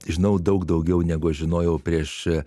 žinau daug daugiau negu aš žinojau prieš